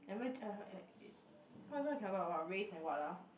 am i what what we cannot talk about race and what ah